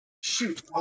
Shoot